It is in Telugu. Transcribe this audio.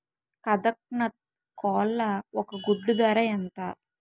కదక్నత్ కోళ్ల ఒక గుడ్డు ధర ఎంత?